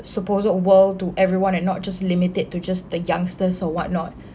supposed world to everyone and not just limited to just the youngsters or whatnot